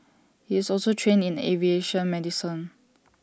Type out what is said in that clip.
he is also trained in aviation medicine